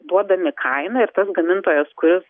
duodami kainą ir tas gamintojas kuris